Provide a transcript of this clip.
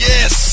Yes